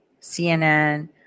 CNN